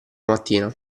mattina